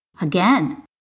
Again